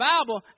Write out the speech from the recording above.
Bible